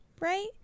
right